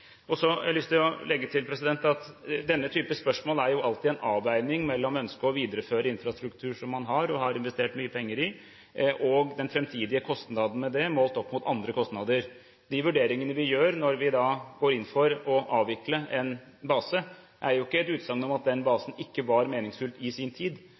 Så har jeg lyst til å legge til at denne type spørsmål alltid er en avveining mellom ønsket om å videreføre infrastruktur som man har, og har investert mye penger i, og den framtidige kostnaden med det, målt opp mot andre kostnader. De vurderingene vi gjør når vi går inn for å avvikle en base, er ikke et utsagn om at den basen ikke var meningsfull i sin tid,